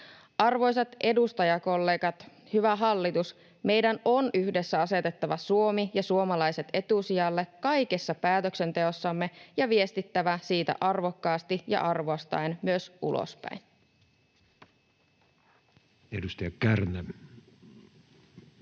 Arvoisat edustajakollegat, hyvä hallitus, meidän on yhdessä asetettava Suomi ja suomalaiset etusijalle kaikessa päätöksenteossamme ja viestittävä siitä arvokkaasti ja arvostaen myös ulospäin. [Speech 166]